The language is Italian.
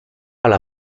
alla